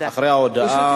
אחרי ההודעה